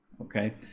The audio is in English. Okay